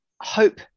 Hope